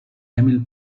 emil